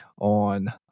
on